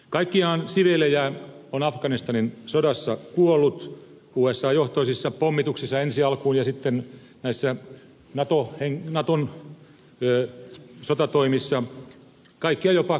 kaikkiaan siviilejä on afganistanin sodassa kuollut usa johtoisissa pommituksissa ensi alkuun ja sitten näissä naton sotatoimissa kaikkiaan jopa kymmeniätuhansia